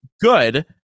good